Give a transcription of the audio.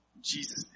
Jesus